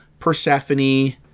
persephone